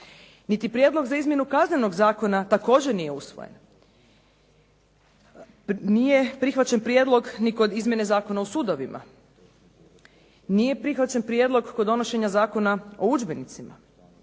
Niti prijedlog za izmjenu Kaznenog zakona također nije usvojen. Nije prihvaćen prijedlog ni kod izmjene Zakona o sudovima. Nije prihvaćen prijedlog kod donošenja Zakona o udžbenicima.